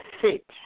fit